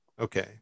Okay